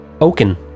Oaken